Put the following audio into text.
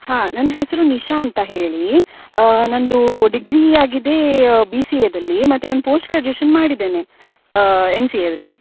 ಹಾಂ ನನ್ನ ಹೆಸರು ನಿಶಾ ಅಂತ ಹೇಳಿ ನಂದು ಡಿಗ್ರಿ ಆಗಿದೆ ಬಿ ಸಿ ಎದಲ್ಲಿ ಮತ್ತು ನಾನು ಪೋಸ್ಟ್ ಗ್ರ್ಯಾಜುಯೇಶನ್ ಮಾಡಿದ್ದೇನೆ ಎಂ ಸಿ ಎಯಲ್ಲಿ